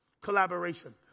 Collaboration